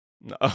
No